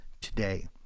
today